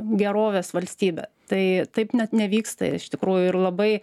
gerovės valstybę tai taip net nevyksta iš tikrųjų ir labai